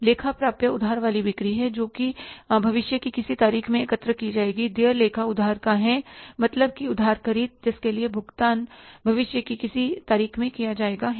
लेखा प्राप्य उधार वाली बिक्री है जो भविष्य की किसी तारीख में एकत्र की जाएगी देय लेखा उधार का है मतलब की उधार ख़रीद जिसके लिए भुगतान भविष्य की किसी तारीख में किया जाएगा है ना